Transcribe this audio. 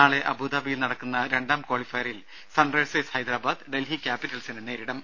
നാളെ അബുദാബിയിൽ നടക്കുന്ന രണ്ടാം ക്വാളിഫയറിൽ സൺറൈസേഴ്സ് ഹൈദരാബാദ് ഡൽഹി ക്യാപ്പിറ്റൽസിനെ നേരിടും